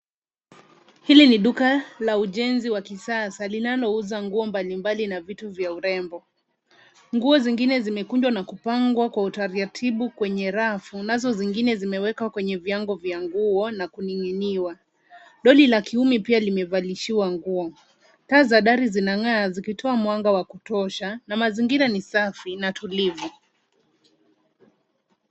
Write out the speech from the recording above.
Hili ni duka la ujenzi wa kisasa linalouza nguo mbalimbali na vitu vya urembo. Nguo zingine zimekunjwa na kupangwa kwa utaratibu kwenye rafu nazo zingine zimewekwa kwenye viango vya nguo na kuning'iniwa. Doli la kiumi pia limevalishiwa nguo. Taa za dari zinang'aa zikitoa mwanga wa kutosha na mazingira ni safi na tulivu.